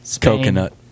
Coconut